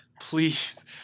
please